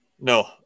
No